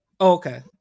Okay